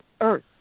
earth